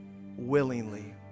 willingly